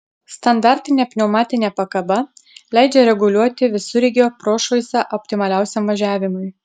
standartinė pneumatinė pakaba leidžia reguliuoti visureigio prošvaisą optimaliausiam važiavimui